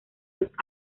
los